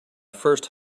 first